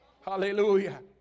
Hallelujah